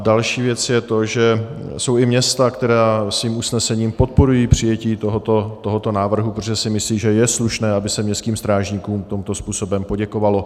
Další věc je to, že jsou i města, která svým usnesením podporují přijetí tohoto návrhu, protože si myslí, že je slušné, aby se městským strážníkům tímto způsobem poděkovalo.